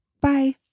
Bye